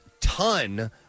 ton